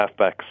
halfbacks